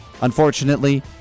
unfortunately